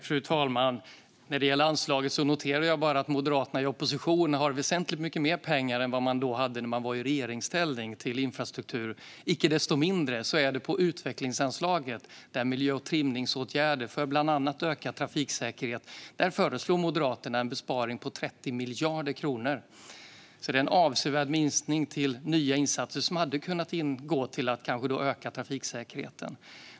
Fru talman! När det gäller anslaget noterar jag att Moderaterna i opposition har väsentligt mycket mer pengar till infrastruktur än vad man hade i regeringsställning. Icke desto mindre föreslår Moderaterna en besparing på 30 miljarder kronor på utvecklingsanslaget, där miljö och trimningsåtgärder för bland annat ökad trafiksäkerhet ingår. Det är en avsevärd minskning till nya insatser som hade kunnat gå till att öka trafiksäkerheten.